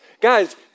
Guys